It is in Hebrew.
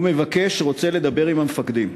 הוא מבקש, רוצה לדבר עם המפקדים.